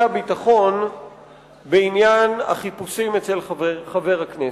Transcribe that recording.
הביטחון בעניין החיפושים אצל חבר הכנסת.